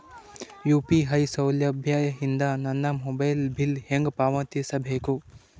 UPI ಸೌಲಭ್ಯ ಇಂದ ನನ್ನ ಮೊಬೈಲ್ ಬಿಲ್ ಹೆಂಗ್ ಪಾವತಿಸ ಬೇಕು?